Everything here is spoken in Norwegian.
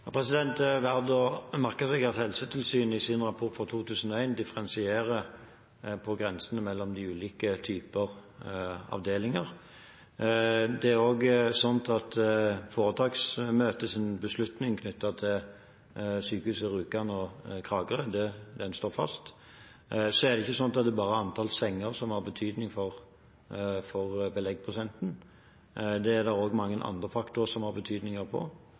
seg at Helsetilsynet i sin rapport fra 2001 differensierer med hensyn til grensene mellom de ulike typer avdelinger. Det er også slik at foretaksmøtets beslutning knyttet til Rjukan sykehus og Kragerø sykehus står fast. Så er det ikke slik at det bare er antall senger som har betydning for beleggsprosenten; det er også mange andre faktorer som har betydning, bl.a. hvordan kompetansen ved mottakene i sykehusene er.